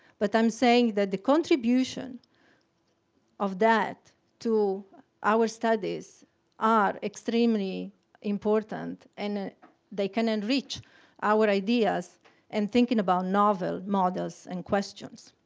but i'm saying that the contribution of that to our studies are extremely important, and they can enrich our ideas and thinking about novel models and questions.